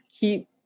keep